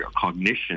cognition